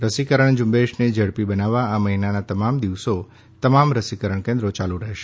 રસીકરણ ઝુંબેશને ઝડપી બનાવવા આ મહિનાના તમામ દિવસો તમામ રસીકરણ કેન્દ્રો ચાલુ રહેશે